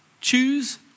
Choose